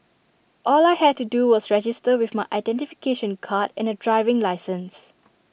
all I had to do was register with my identification card and A driving licence